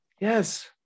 Yes